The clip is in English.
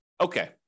okay